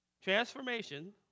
transformation